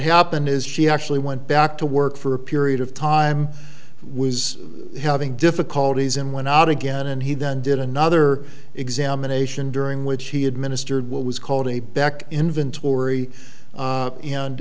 happened is she actually went back to work for a period of time was having difficulties and went out again and he then did another examination during which he administered what was called a back inventory